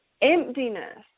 emptiness